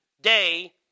day